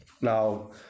Now